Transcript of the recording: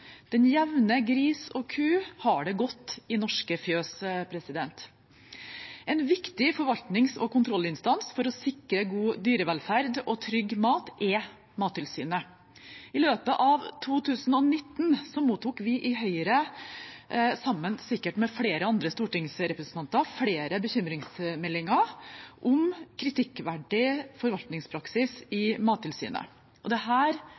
Den jevne gris og ku har det godt i norske fjøs. En viktig forvaltnings- og kontrollinstans for å sikre god dyrevelferd og trygg mat er Mattilsynet. I løpet av 2019 mottok vi i Høyre, sikkert sammen med flere andre stortingsrepresentanter, flere bekymringsmeldinger om kritikkverdig forvaltningspraksis i Mattilsynet. Det